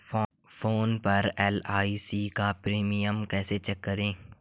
Phone पर LIC का premium कैसे चेक करें?